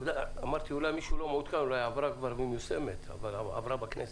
אמרתי שאולי מישהו לא מעודכן והיא עברה והיא מיושמת אבל עברה בכנסת.